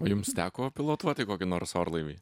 o jums teko pilotuoti kokį nors orlaivį